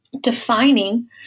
defining